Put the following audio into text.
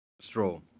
stroll